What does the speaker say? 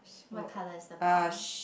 what colour is the ball